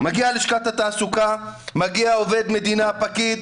מגיע ללשכת התעסוקה, מגיע עובד מדינה, פקיד,